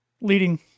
leading